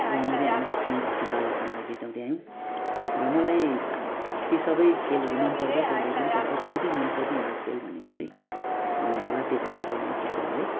रमाउँदै आयौँ त्यसमै आफ्नो बालपनलाई बिताउँदै आयौँ र मलाई ती सबै खेलहरू मन पर्दा पर्दै पनि औधी मन पर्ने एउटा खेल भनेको चाहिँ लाते भकुन्डो नै हो फुटबल है